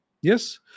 Yes